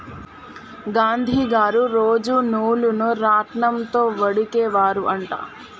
గాంధీ గారు రోజు నూలును రాట్నం తో వడికే వారు అంట